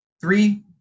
three